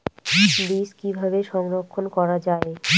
বীজ কিভাবে সংরক্ষণ করা যায়?